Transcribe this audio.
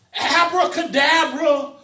abracadabra